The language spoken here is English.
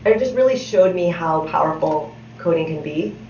and just really showed me how powerful coding can be.